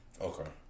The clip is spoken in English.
Okay